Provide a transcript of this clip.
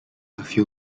few